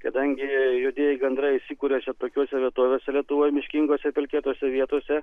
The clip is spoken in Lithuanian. kadangi juodieji gandrai įsikuria tokiose vietovėse lietuvoj miškingose pelkėtose vietose